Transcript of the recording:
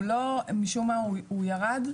ומשום מה הוא ירד.